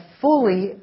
fully